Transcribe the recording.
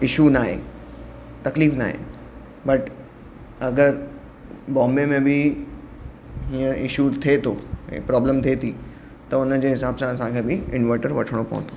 issue न आहे तकलीफ़ न आहे बट अगरि बॉम्बे में बि हीअ इशू थिए थो ऐं प्रॉब्लम थिए थी त हुनजे हिसाब सां असांखे बि इनवर्टर वठिणो पवंदो